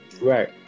right